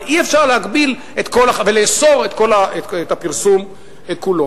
אבל אי-אפשר להגביל ולאסור את הפרסום כולו.